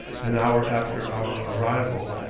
an hour after our arrival,